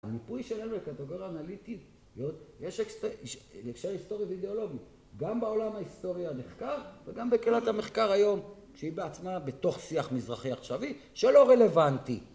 המיפוי שלנו לקטגוריה אנליטית, יש הקשר היסטורי ואידיאולוגי, גם בעולם ההיסטורי הנחקר, וגם בקהילת המחקר היום, שהיא בעצמה בתוך שיח מזרחי עכשווי שלא רלוונטי